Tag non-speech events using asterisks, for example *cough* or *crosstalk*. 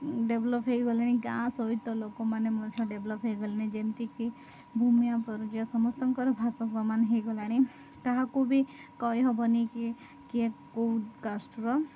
develop ହୋଇଗଲେଣି ଗାଁ ସହିତ ଲୋକମାନେ ମଧ୍ୟ ଡ଼େଭଲପ୍ ହୋଇଗଲେଣି ଯେମିତିକି ଭୂମି *unintelligible* ସମସ୍ତଙ୍କର ଭାଷା ସମାନ ହୋଇଗଲାଣି ତାହାକୁ ବି କହିହେବନି କି କିଏ କେଉଁ କାଷ୍ଟର